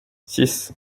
six